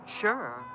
Sure